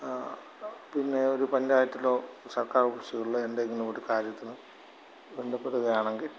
പിന്നെ ഒരു പഞ്ചായത്തിലോ സർക്കാർ ഓഫീസുകളിലോ എന്തെങ്കിലും ഒരു കാര്യത്തിന് ബന്ധപ്പെടുകയാണെങ്കിൽ